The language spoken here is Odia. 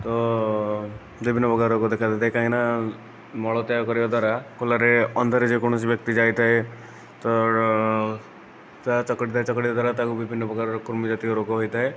ତ ବିଭିନ୍ନ ପ୍ରକାର ରୋଗ ଦେଖାଦେଇଥାଏ କାହିଁକିନା ମଳତ୍ୟାଗ କରିବା ଦ୍ୱାରା ଖୋଲାରେ ଅନ୍ଧାରରେ ଯେ କୌଣସି ବ୍ୟକ୍ତି ଯାଇଥାଏ ତ ତାହା ଚକୁଟିଥାଏ ଚକୁଟିବା ଦ୍ୱାରା ତାକୁ ବିଭିନ୍ନ ପ୍ରକାର କୃମି ଜାତୀୟ ରୋଗ ହୋଇଥାଏ